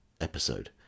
episode